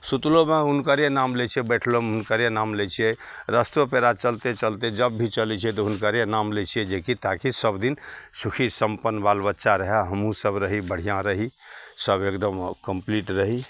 सुतलोमे हुनकरे नाम लै छिए बैठलोमे हुनकरे नाम लै छिए रस्तो पेरा चलते चलते जप भी चलै छै तऽ हुनकरे नाम लै छिए जेकि ताकि सबदिन सुखी सम्पन्न बाल बच्चा रहै हमहूँसभ रही बढ़िआँ रही सब एगदम अँ कम्प्लीट रही